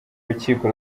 rukiko